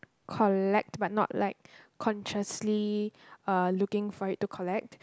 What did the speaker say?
collect but not like consciously uh looking for it to collect